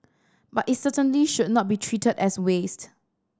but it certainly should not be treated as waste